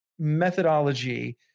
Methodology